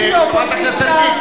כאופוזיציה,